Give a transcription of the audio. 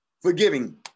Forgiving